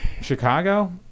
Chicago